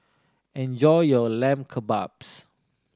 enjoy your Lamb Kebabs